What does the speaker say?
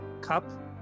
cup